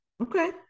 okay